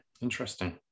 interesting